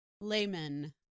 layman